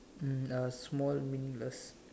small meaningless